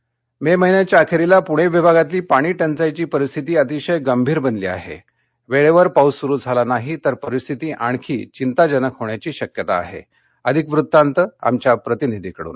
पाणी टंचाई मत्रिहिन्याच्या अखरीला पूणविभागातली पाणी टंचाईची परिस्थिती अतिशय गंभीर बनली आहविळवे पाऊस सुरु झाला नाही तर परिस्थिती आणखी चिंताजनक होण्याची शक्यता आह अधिक वृत्तांत आमच्या प्रतिनिधीकडून